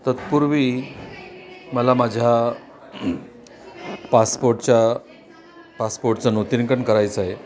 तत्पूर्वी मला माझ्या पासपोर्टच्या पासपोर्टचं नूतनीकरण करायचं आहे